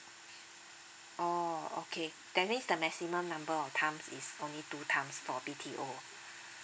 oh okay that means the maximum number of times is only two times for B_T_O ah